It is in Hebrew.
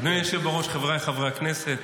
אדוני היושב-ראש, חבריי חברי הכנסת,